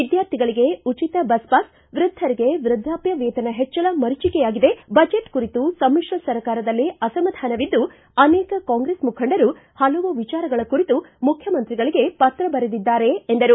ವಿದ್ವಾರ್ಥಿಗಳಗೆ ಉಚಿತ ಬಸ್ಪಾಸ್ ವೃದ್ದರಿಗೆ ವೃದ್ದಾಪ್ತ ವೇತನ ಹೆಚ್ಚಳ ಮರಿಚೀಕೆಯಾಗಿದೆ ಬಜೆಟ್ ಕುರಿತು ಸಮಿತ್ರ ಸರ್ಕಾರದಲ್ಲೇ ಅಸಮಾಧಾನವಿದ್ದು ಅನೇಕ ಕಾಂಗ್ರೆಸ್ ಮುಖಂಡರು ಹಲವು ವಿಚಾರಗಳ ಕುರಿತು ಮುಖ್ಯಮಂತ್ರಿಗಳಿಗೆ ಪತ್ರ ಬರೆದಿದ್ದಾರೆ ಎಂದರು